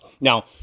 Now